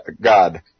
God